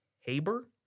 Haber